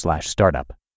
startup